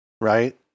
right